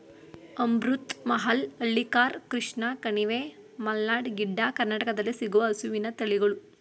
ಅಮೃತ್ ಮಹಲ್, ಹಳ್ಳಿಕಾರ್, ಕೃಷ್ಣ ಕಣಿವೆ, ಮಲ್ನಾಡ್ ಗಿಡ್ಡ, ಕರ್ನಾಟಕದಲ್ಲಿ ಸಿಗುವ ಹಸುವಿನ ತಳಿಗಳು